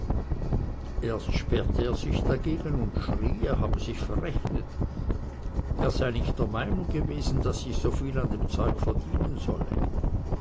erst sperrte er sich dagegen und schrie er habe sich verrechnet es sei nicht die meinung gewesen daß ich so viel an dem zeug verdienen solle